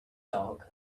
dog